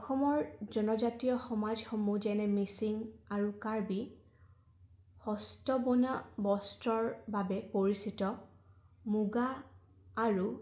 অসমৰ জনজাতীয় সমাজসমূহ যেনে মিচিং আৰু কাৰ্বি হস্ত বনা বস্ত্ৰৰ বাবে পৰিচিত মুগা আৰু